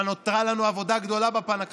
אבל נותרה לנו עבודה גדולה בפן הכלכלי.